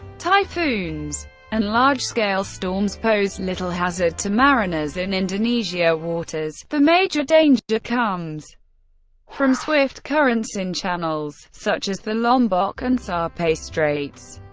typhoons and large scale storms pose little hazard to mariners in indonesia waters the major danger comes from swift currents in channels, such as the lombok and sape straits.